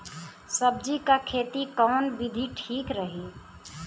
सब्जी क खेती कऊन विधि ठीक रही?